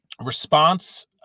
response